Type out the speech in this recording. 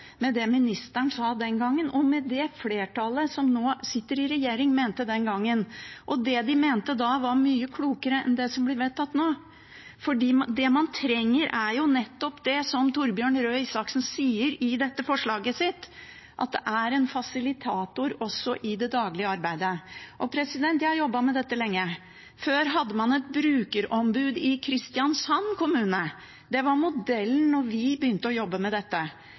med det ministeren sa den gangen, og med det flertallet som nå sitter i regjering, mente den gangen. Det de mente da, var mye klokere enn det som blir vedtatt nå. Det man trenger, er nettopp det Torbjørn Røe Isaksen sier i forslaget sitt: en fasilitator også i det daglige arbeidet. Jeg har jobbet med dette lenge. Før hadde man et brukerombud i Kristiansand kommune. Det var modellen da vi begynte å jobbe med dette.